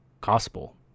gospel